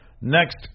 Next